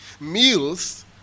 Meals